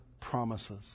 promises